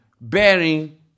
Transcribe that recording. bearing